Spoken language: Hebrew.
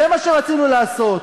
זה מה שרצינו לעשות,